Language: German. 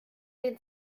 den